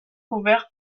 couvert